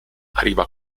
arriva